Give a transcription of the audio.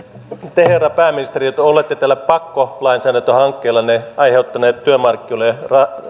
te herra pääministeri olette tällä pakkolainsäädäntöhankkeellanne aiheuttaneet työmarkkinoille